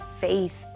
faith